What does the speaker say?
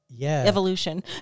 evolution